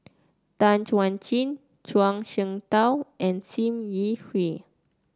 Tan Chuan Jin Zhuang Shengtao and Sim Yi Hui